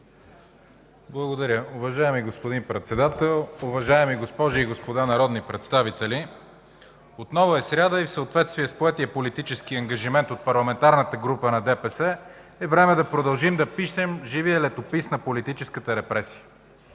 Благодаря. Уважаеми господин Председател, уважаеми госпожи и господа народни представители, отново е сряда и в съответствие с поетия политически ангажимент от Парламентарната група на ДПС е време да продължим да пишем живият летопис на политическата репресия.